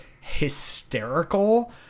hysterical